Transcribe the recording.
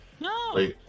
no